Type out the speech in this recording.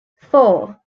four